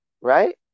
right